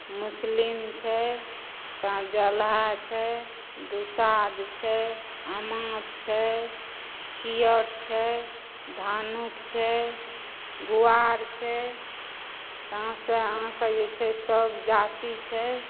मुस्लिम छै तँ जलहा छै दुसाध छै अमाँत छै केओट तऽ छै धानुक छै गुआर छै तँ से अहाँके जे छै सभ जाति छै